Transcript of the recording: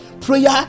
Prayer